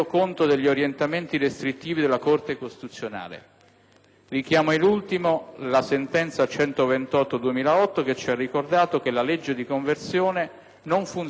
Richiamo in ultimo la sentenza n. 128 del 2008, la quale ci ha ricordato che la legge di conversione non funziona da sanatoria per eventuali difetti dei decreti originari.